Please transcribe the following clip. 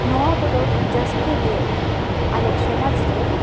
ᱱᱚᱣᱟ ᱠᱚᱫᱚ ᱡᱟᱹᱥᱛᱤ ᱜᱮ ᱟᱞᱮ ᱥᱚᱢᱟᱡᱽ ᱨᱮ